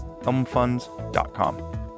ElmFunds.com